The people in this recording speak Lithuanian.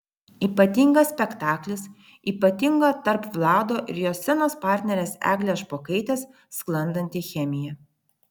ypatingas spektaklis ypatinga tarp vlado ir jo scenos partnerės eglės špokaitės sklandanti chemija